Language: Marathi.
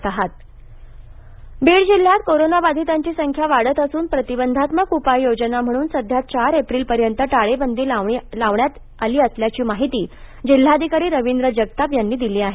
बीड टाळेबंदी बीड जिल्ह्यात कोरोनाबाधितांची संख्या वाढत असून प्रतिबंधात्मक उपाययोजना म्हणून सध्या चार एप्रिल पर्यंत टाळेबंदी लावण्यात आली असल्याची माहिती जिल्हाधिकारी रवींद्र जगताप यांनी दिली आहे